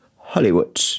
Hollywood